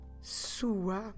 sua